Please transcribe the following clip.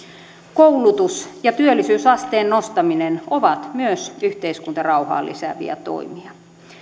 koulutus ja työllisyysasteen nostaminen ovat myös yhteiskuntarauhaa lisääviä toimia